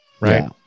Right